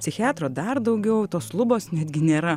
psichiatro dar daugiau tos lubos netgi nėra